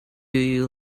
you